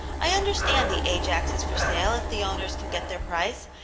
i understand the ajax is for sale if the owners can get their price,